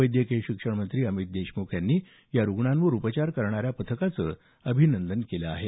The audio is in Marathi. वैद्यकीय शिक्षण मंत्री अमित देशमुख यांनी या रुग्णांवर उपचार करणाऱ्या पथकाचं अभिनंदन केलं आहे